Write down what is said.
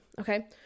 okay